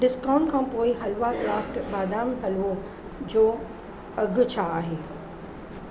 discount खां पोइ हलवा क्राफ्ट बादाम हलवो जो अघु छा आहे